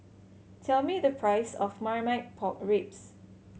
tell me the price of Marmite Pork Ribs